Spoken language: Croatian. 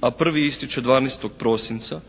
a prvi ističe 12. prosinca